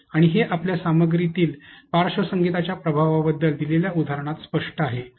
आणि हे आपल्या सामग्रीमधील पार्श्वसंगीताच्या प्रभावाबद्दल दिलेल्या उदाहरणात स्पष्ट आहे